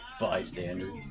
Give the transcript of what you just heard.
Bystander